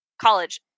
college